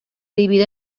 divide